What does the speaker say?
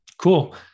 Cool